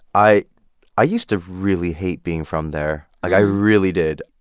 i i used to really hate being from there. like, i really did.